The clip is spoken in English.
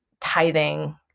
tithing